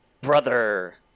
brother